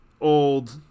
old